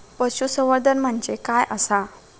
पशुसंवर्धन म्हणजे काय आसा?